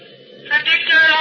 Predictor